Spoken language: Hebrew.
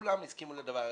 כולם הסכימו לדבר הזה.